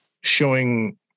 showing